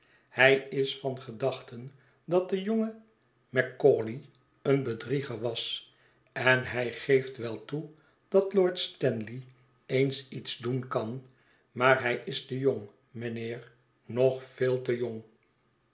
hij is van gedachten dat de jonge macauley een bedrieger was en hij geeft wel toe dat lord stanley eens iets doen kan maar hij is te jong mijnheer nog veel te jong